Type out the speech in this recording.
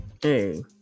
Hey